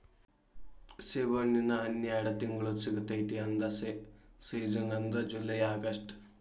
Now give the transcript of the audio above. ಸೇಬುಹಣ್ಣಿನ ಹನ್ಯಾಡ ತಿಂಗ್ಳು ಸಿಗತೈತಿ ಆದ್ರ ಸೇಜನ್ ಅಂದ್ರ ಜುಲೈ ಅಗಸ್ಟ